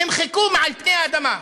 נמחקו מעל פני האדמה.